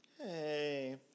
Hey